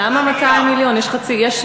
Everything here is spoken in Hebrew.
8 מיליארד.